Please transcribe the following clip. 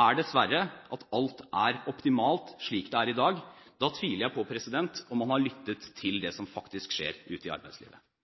er dessverre at alt er optimalt slik det er i dag. Da tviler jeg på om man har lyttet til det som faktisk skjer ute i arbeidslivet.